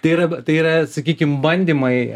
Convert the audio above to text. tai yra tai yra sakykim bandymai